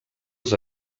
els